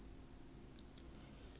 ya lah but act like 姑娘 lah